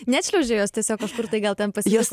neatšliaužė jos tiesiog kažkur tai gal ten pas juos